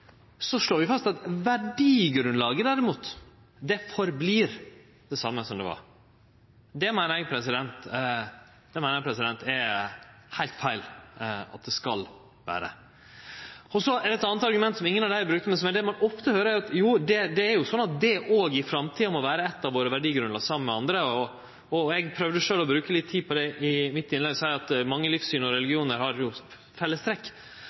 fast at verdigrunnlaget, derimot, det «forblir» det same som det var. Det meiner eg er heilt feil at det skal vere. Så til eit anna argument, som ingen av dei brukte. Ein høyrer ofte at jo, det er sånn at det òg i framtida må vere eitt av verdigrunnlaga våre, saman med andre. Eg prøvde sjølv å bruke litt tid på det i innlegget mitt og seie at mange livssyn og